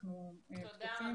אנחנו פתוחים